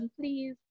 please